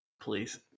Please